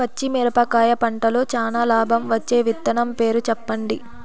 పచ్చిమిరపకాయ పంటలో చానా లాభం వచ్చే విత్తనం పేరు చెప్పండి?